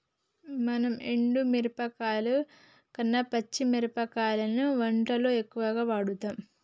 మనం ఎండు మిరపకాయల కన్న పచ్చి మిరపకాయలనే వంటల్లో ఎక్కువుగా వాడుతాం